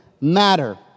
matter